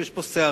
יש פה סערה,